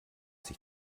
sich